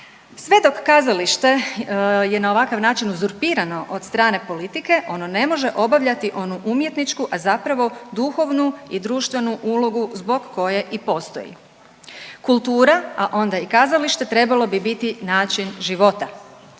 Sve dok kazalište je na ovakav način uzurpirano od strane politike ono ne može obavljati onu umjetničku, a zapravo duhovnu i društvenu ulogu zbog koje i postoji. Kultura, a onda i kazalište trebalo bi biti način života.